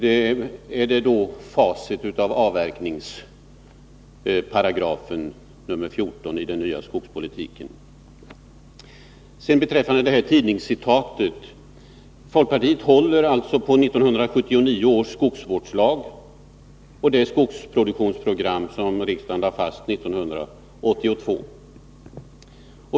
Detta är facit av avverkningsparagrafen fjorton i nya skogsvårdslagen. Beträffande tidningscitatet: Folkpartiet håller på 1979 års skogsvårdslag och på det skogsproduktionsprogram riksdagen lade fast 1982.